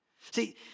See